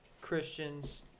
Christians